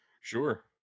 Sure